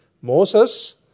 Moses